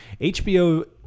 HBO